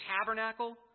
tabernacle